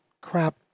crap